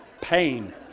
pain